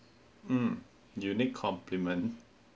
um you need compliment